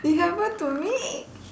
it happen to me